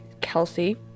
Kelsey